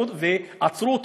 ועצרו אותו,